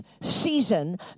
season